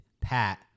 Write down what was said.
Pat